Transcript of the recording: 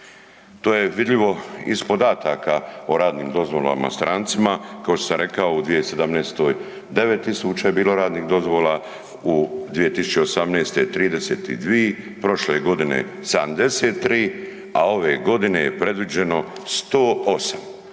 To je vidljivo iz podataka o radnim dozvolama strancima, kao što sam rekao u 2017. 9000 je bilo radnih dozvola, u 2018. 32000, prošle godine 73, a ove godine je predviđeno 108,